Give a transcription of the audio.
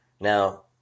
now